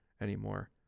anymore